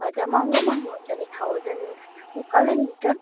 हजुर महँगो महँगो हुन्छ नि थाउजन्ड उकालै हुन्छ